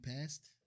passed